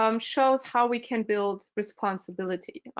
um shows how we can build responsibility.